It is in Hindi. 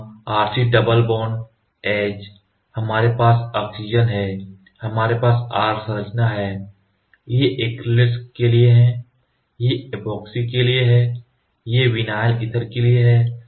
जहां R C double bond H हमारे पास ऑक्सीजन है हमारे पास R संरचनाएं हैं ये एक्रिलेट्स के लिए हैं ये ऐपोक्सी के लिए हैं ये विनाइल ईथर के लिए हैं